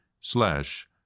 slash